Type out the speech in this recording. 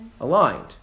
aligned